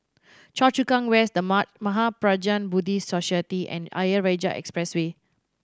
Choa Chu Kang West The Mahaprajna Buddhist Society and Ayer Rajah Expressway